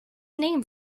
name